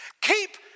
Keep